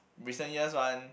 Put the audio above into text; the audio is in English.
recent years one